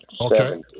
Okay